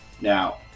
now